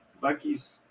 bucky's